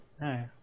no